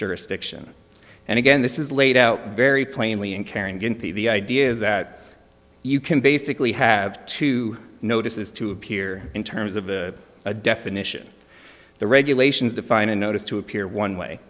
jurisdiction and again this is laid out very plainly in carrying the idea is that you can basically have two notices to appear in terms of the definition the regulations define a notice to appear one way